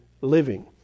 living